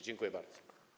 Dziękuję bardzo.